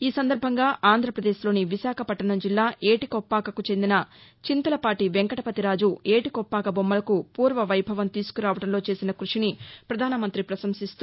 ఈ సందర్బంగా ఆంధ్రప్రదేశ్లోని విశాఖపట్టణం జిల్లా ఏటికొప్పాకకు చెందిన చింతలపాటి వెంకటపతి రాజు ఏటికొప్పాక బొమ్మలకు ఫూర్వ వైభవం తీసుకురావడంలో చేసిన కృషిని పధానమంతి పశంసిస్తూ